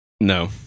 No